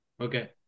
Okay